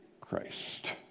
Christ